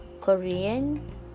Korean